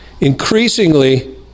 increasingly